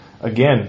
again